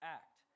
act